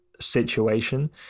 situation